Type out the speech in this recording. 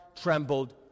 trembled